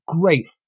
great